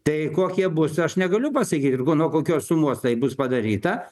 tai kokie bus aš negaliu pasakyt ir kuo nuo kokios sumos tai bus padaryta